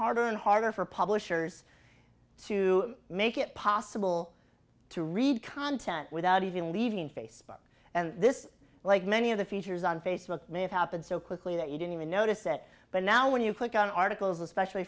harder and harder for publishers to make it possible to read content without even leaving facebook and this like many of the features on facebook may have happened so quickly that you didn't even notice it but now when you click on articles especially